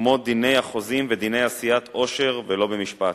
כמו דיני החוזים ודיני עשיית עושר ולא במשפט,